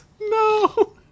No